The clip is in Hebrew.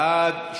בעד,